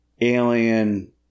Alien